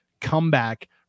comeback